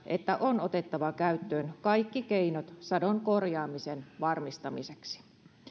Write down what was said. että on otettava käyttöön kaikki keinot sadonkorjaamisen varmistamiseksi